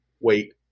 wait